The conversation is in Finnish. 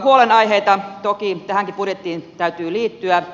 huolenaiheita toki tähänkin budjettiin täytyy liittyä